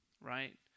right